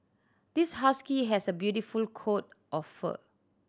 this husky has a beautiful coat of fur